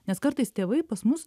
nes kartais tėvai pas mus